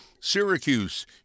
Syracuse